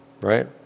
right